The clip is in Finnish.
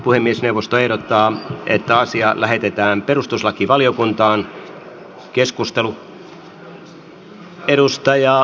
puhemiesneuvosto ehdottaa että asia lähetetään perustuslakivaliokuntaan